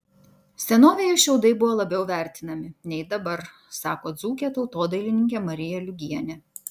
senovėje šiaudai buvo labiau vertinami nei dabar sako dzūkė tautodailininkė marija liugienė